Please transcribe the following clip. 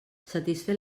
satisfer